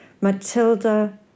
Matilda